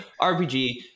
rpg